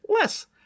less